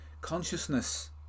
Consciousness